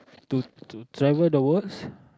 to to travel the world